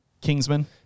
Kingsman